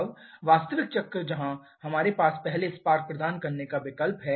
अब वास्तविक चक्र जहां हमारे पास पहले स्पार्क प्रदान करने का विकल्प है